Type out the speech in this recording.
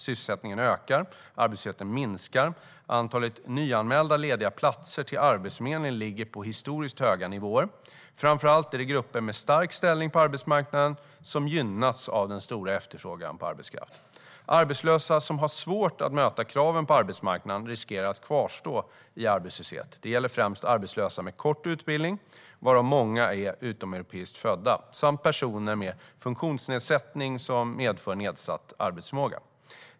Sysselsättningen ökar och arbetslösheten minskar. Antalet nyanmälda lediga platser till Arbetsförmedlingen ligger på historiskt höga nivåer. Framför allt är det grupper med stark ställning på arbetsmarknaden som gynnats av den stora efterfrågan på arbetskraft. Arbetslösa som har svårt att möta kraven på arbetsmarknaden riskerar att kvarstå i arbetslöshet. Det gäller främst arbetslösa med kort utbildning, varav många är utomeuropeiskt födda, samt personer med funktionsnedsättning som medför nedsatt arbetsförmåga.